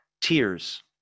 Tears